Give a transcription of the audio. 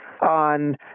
on